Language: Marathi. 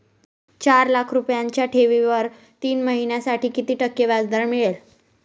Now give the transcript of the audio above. चार लाख रुपयांच्या ठेवीवर तीन महिन्यांसाठी किती टक्के व्याजदर मिळेल?